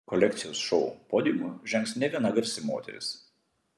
kolekcijos šou podiumu žengs ne viena garsi moteris